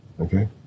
Okay